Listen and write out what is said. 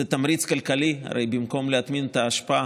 יש תמריץ כלכלי, הרי במקום להטמין את האשפה